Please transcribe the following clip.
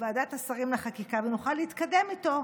בוועדת השרים לחקיקה ונוכל להתקדם איתו?